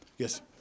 Yes